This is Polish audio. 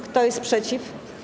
Kto jest przeciw?